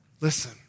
Listen